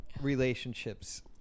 relationships